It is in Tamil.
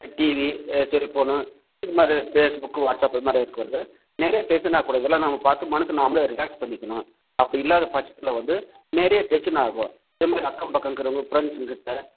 டிவி செல்ஃபோன்னு இதுமாதிரி ஃபேஸ்புக்கு வாட்ஸ்அப் இதுமாதிரி இருக்கிறது நிறைய டென்ஷன் ஆகக்கூடாது இதெல்லாம் நாம் பார்த்து மனசு நாம்மளே ரிலாக்ஸ் பண்ணிக்கணும் அப்படி இல்லாத பட்சத்தில் வந்து நிறைய டென்ஷன் ஆகும் இது மாதிரி அக்கம் பக்கம் இருக்கிறவங்க ஃப்ரெண்ட்ஸுங்கக்கிட்டே